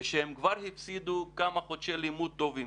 ושהם כבר הפסידו כמה חודשי לימוד טובים